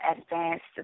advanced